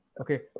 Okay